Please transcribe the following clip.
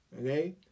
okay